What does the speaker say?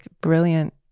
brilliant